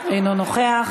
אינו נוכח,